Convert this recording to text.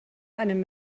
einem